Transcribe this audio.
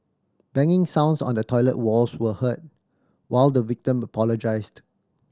banging sounds on the toilet walls were heard while the victim apologised